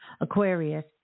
Aquarius